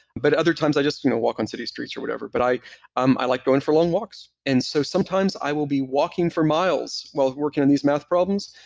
but other times i just you know walk on city streets or whatever. but i um i like going for long walks. and so sometimes i will be walking for miles while working on these math problems,